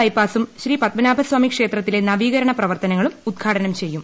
ബൈപ്പാസും ശ്രീ പദ്മനാഭസ്വാമി ക്ഷേത്രത്തിലെ നവീകരണ പ്രവർത്തനങ്ങളും ഉദ്ഘാടനം ചെയ്യും